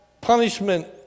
punishment